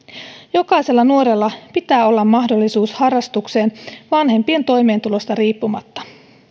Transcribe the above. jokaisella nuorella pitää olla mahdollisuus harrastukseen vanhempien toimeentulosta riippumatta